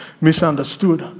misunderstood